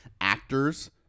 actors